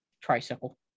tricycle